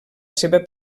seva